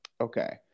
Okay